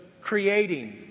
creating